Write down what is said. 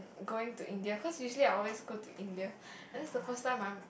going to India cause usually I always go to India and this is the first time I'm